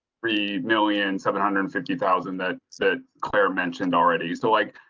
three million seven hundred and fifty thousand that that claire mentioned already used to like,